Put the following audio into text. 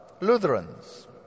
Lutherans